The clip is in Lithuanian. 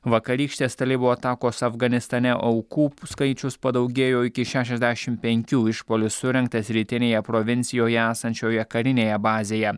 vakarykštės talibų atakos afganistane aukų skaičius padaugėjo iki šešiasdešim penkių išpuolis surengtas rytinėje provincijoje esančioje karinėje bazėje